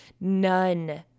None